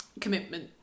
commitment